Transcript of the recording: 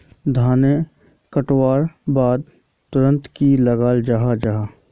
धानेर कटवार बाद तुरंत की लगा जाहा जाहा?